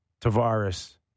Tavares